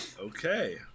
Okay